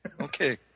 Okay